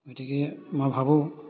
গতিকে মই ভাবো